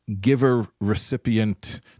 giver-recipient